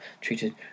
treated